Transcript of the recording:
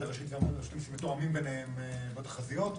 הראשית --- מתואמים ביניהם בתחזיות,